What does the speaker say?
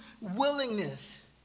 willingness